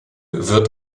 wird